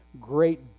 great